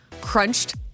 crunched